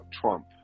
Trump